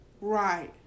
right